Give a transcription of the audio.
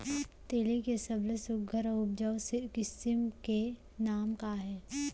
तिलि के सबले सुघ्घर अऊ उपजाऊ किसिम के नाम का हे?